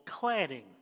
cladding